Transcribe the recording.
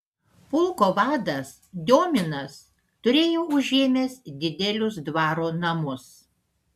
pulko vadas diominas turėjo užėmęs didelius dvaro namus